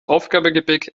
aufgabegepäck